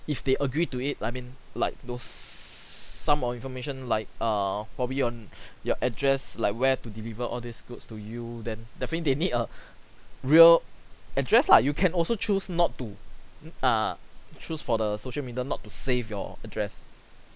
if they agreed to it I mean like those some of information like err probably n~ your your address like where to deliver all this goods to you then definitely they need a real address lah you can also choose not to n~ err choose for the social media not to save your address